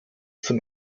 zum